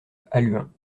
halluin